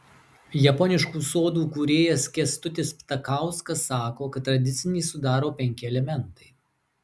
japoniškų sodų kūrėjas kęstutis ptakauskas sako kad tradicinį sudaro penki elementai